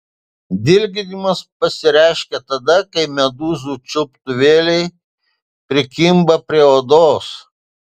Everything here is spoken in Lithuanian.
dilginimas pasireiškia tada kai medūzų čiuptuvėliai prikimba prie odos